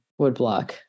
woodblock